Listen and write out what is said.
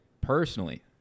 Personally